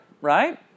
right